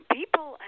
people